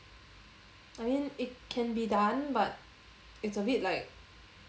I mean it can be done but it's a bit like